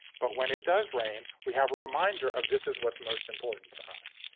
but when it does rain, we have a reminder of this is what's most important to us,